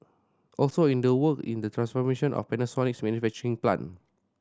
also in the work in the transformation of Panasonic's manufacturing plant